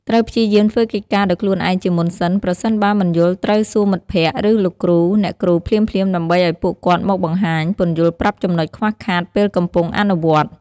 ត្រូវព្យាយាមធ្វើកិច្ចការដោយខ្លួនឯងជាមុនសិន ប្រសិនបើមិនយល់ត្រូវសួរមិត្តភក្តិ ឬលោកគ្រូ អ្នកគ្រូភ្លាមៗដើម្បីឱ្យពួកគាត់មកបង្ហាញ ពន្យល់ប្រាប់ចំណុចខ្វះខាតពេលកំពុងអនុវត្តន៍។